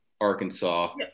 Arkansas